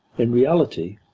in reality,